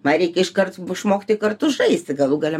man reikia iškart išmokti kartu žaisti galų gale